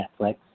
Netflix